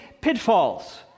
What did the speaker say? pitfalls